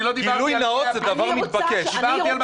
אני לא דיברתי על --- דיברתי על משהו אחר.